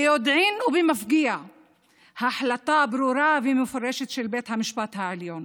ביודעין ובמפגיע החלטה ברורה ומפורשת של בית המשפט העליון.